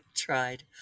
tried